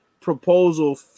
proposal